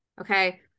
Okay